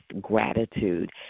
gratitude